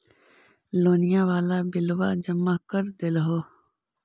लोनिया वाला बिलवा जामा कर देलहो?